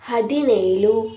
ಹದಿನೇಳು